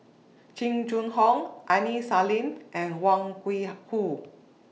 Jing Jun Hong Aini Salim and Wang Gungwu